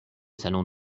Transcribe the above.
salon